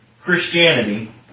Christianity